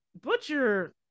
Butcher